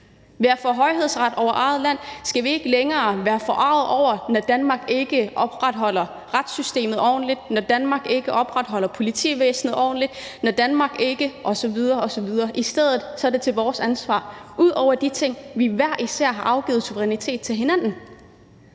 Ved at få højhedsret over eget land skal vi ikke længere være forarget, når Danmark ikke opretholder retssystemet ordentligt, når Danmark ikke opretholder politivæsenet ordentligt, når Danmark ikke osv. osv., men i stedet er det vores ansvar ud over de ting, vi hver især har afgivet af suverænitet til hinanden